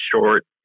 short